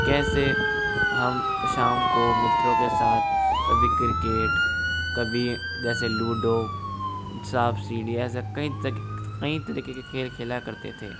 कैसे हम शाम को मित्रों के साथ कभी क्रिकेट कभी जैसे लूडो सांप सीढ़ी ऐसे कई कई तरीके के खेल खेला करते थे